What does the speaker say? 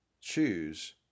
choose